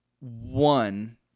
one